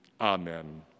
Amen